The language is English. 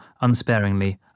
unsparingly